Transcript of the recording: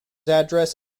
address